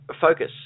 Focus